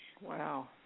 Wow